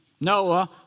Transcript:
Noah